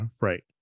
right